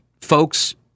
folks